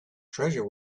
treasure